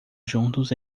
juntos